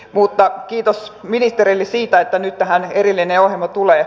mutta kiitos ministereille siitä että nyt tähän erillinen ohjelma tulee